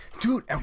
dude